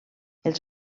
els